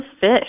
fish